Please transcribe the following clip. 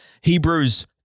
Hebrews